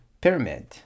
pyramid